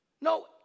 No